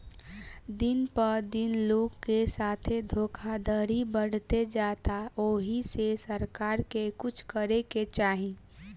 दिन प दिन लोग के साथे धोखधड़ी बढ़ते जाता ओहि से सरकार के कुछ करे के चाही